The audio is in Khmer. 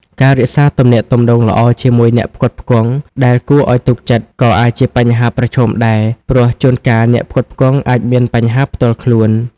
ការរក្សាទំនាក់ទំនងល្អជាមួយអ្នកផ្គត់ផ្គង់ ដែលគួរឱ្យទុកចិត្តក៏អាចជាបញ្ហាប្រឈមដែរ ព្រោះជួនកាលអ្នកផ្គត់ផ្គង់អាចមានបញ្ហាផ្ទាល់ខ្លួន។